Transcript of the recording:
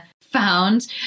found